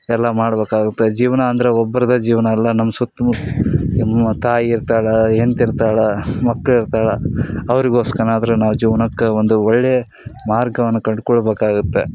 ಎಲ್ಲ ಮಾಡಬೇಕಾಗುತ್ತೆ ಜೀವನ ಅಂದರೆ ಒಬ್ರದ್ದೆ ಜೀವನ ಅಲ್ಲ ನಮ್ಮ ಸುತ್ಮುತ್ತ ನಮ್ಮ ತಾಯಿ ಇರ್ತಾಳೆ ಹೆಂಡ್ತಿ ಇರ್ತಾಳೆ ಮಕ್ಳು ಇರ್ತಾಳೆ ಅವರಿಗೋಸ್ಕರನಾದ್ರು ನಾವು ಜೀವ್ನಕ್ಕೆ ಒಂದು ಒಳ್ಳೇ ಮಾರ್ಗವನ್ನು ಕಂಡ್ಕೊಳ್ಬೇಕಾಗುತ್ತೆ